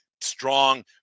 strong